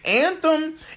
Anthem